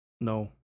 no